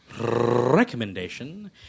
recommendation